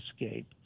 escape